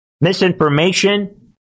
misinformation